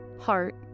heart